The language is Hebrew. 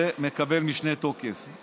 זה מקבל משנה תוקף.